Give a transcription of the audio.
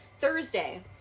thursday